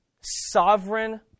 Sovereign